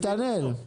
נתנאל.